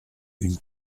une